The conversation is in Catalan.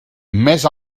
més